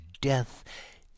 death